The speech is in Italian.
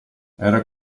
era